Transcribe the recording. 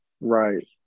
Right